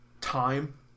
Time